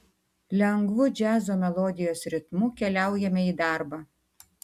lengvu džiazo melodijos ritmu keliaujame į darbą